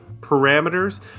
parameters